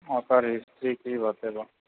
ओकर ईस्वी की बतेबो